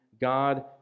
God